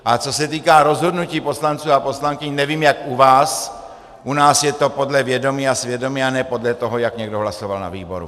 A co se týká rozhodnutí poslanců a poslankyň, nevím, jak u vás, u nás je to podle vědomí a svědomí a ne podle toho, jak někdo hlasoval na výboru.